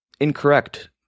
incorrect